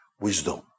wisdom